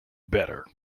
better